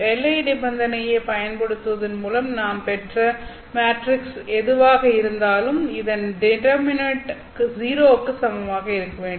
எல்லை நிபந்தனையைப் பயன்படுத்துவதன் மூலம் நான் பெற்ற மேட்ரிக்ஸ் எதுவாக இருந்தாலும் இதன் டிடெர்மினேன்ட் 0 க்கு சமமாக இருக்க வேண்டும்